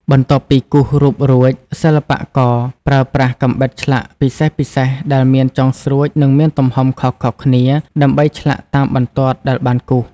បន្ទាប់ពីគូសរូបរួច សិល្បករប្រើប្រាស់កាំបិតឆ្លាក់ពិសេសៗដែលមានចុងស្រួចនិងមានទំហំខុសៗគ្នាដើម្បីឆ្លាក់តាមបន្ទាត់ដែលបានគូស។